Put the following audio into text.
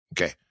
Okay